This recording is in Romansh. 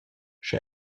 sche